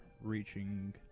reaching